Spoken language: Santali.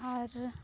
ᱟᱨ